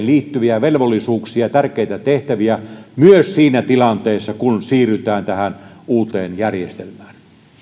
liittyviä velvollisuuksia ja tärkeitä tehtäviä myös siinä tilanteessa kun siirrytään tähän uuteen järjestelmään